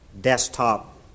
desktop